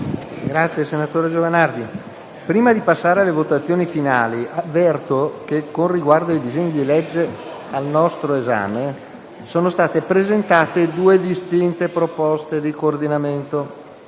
apre una nuova finestra"). Prima di passare alle votazioni finali, avverto che, con riguardo ai disegni di legge al nostro esame, sono state presentate due distinte proposte di coordinamento